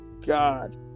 god